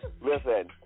listen